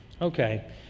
Okay